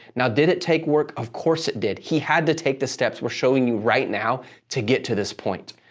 now, did it take work? of course it did. he had to take the steps we're showing you right now to get to this point.